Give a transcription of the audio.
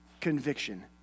conviction